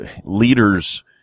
leaders